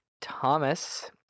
Thomas